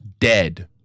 dead